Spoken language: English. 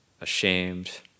ashamed